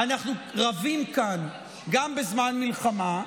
אנחנו רבים כאן גם בזמן מלחמה.